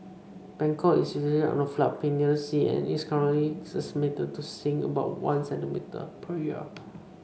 Bangkok is situated on a floodplain near the sea and is currently estimated to sink about one centimetre per year